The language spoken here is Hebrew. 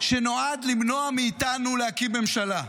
שנועד למנוע מאיתנו להקים ממשלה.